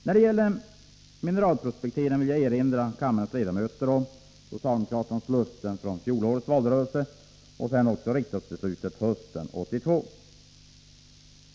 När det gäller mineralprospekteringen vill jag erinra kammarens ledamöter om socialdemokraternas löften i fjolårets valrörelse och sedan också riksdagsbeslutet hösten 1982.